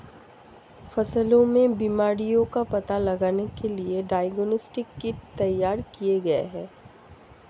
फसलों में बीमारियों का पता लगाने के लिए डायग्नोस्टिक किट तैयार किए गए हैं